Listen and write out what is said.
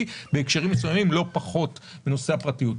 בהקשרים מסוימים לא פחות מנושא הפרטיות.